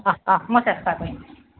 অহ্ অহ্ মই চেষ্টা কৰিম